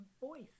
voice